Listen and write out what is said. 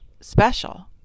special